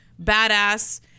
badass